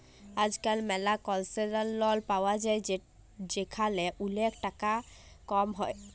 আজকাল ম্যালা concessional loan পায়া যায় যেখালে ওলেক টাকা কম হ্যয়